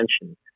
attention